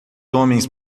homens